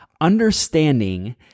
understanding